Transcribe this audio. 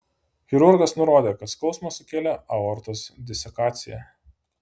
chirurgas nurodė kad skausmą sukėlė aortos disekacija